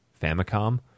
Famicom